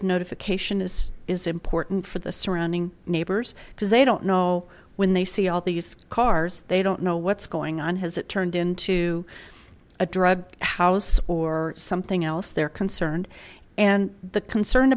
of notification is is important for the surrounding neighbors because they don't know when they see all these cars they don't know what's going on has it turned into a drug house or something else they're concerned and the concern